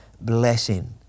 blessing